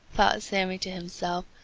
thought sammy to himself,